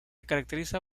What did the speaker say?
caracteriza